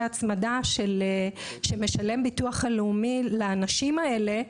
ההצמדה שהביטוח הלאומי משלם לאנשים האלה.